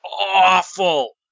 awful